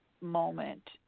moment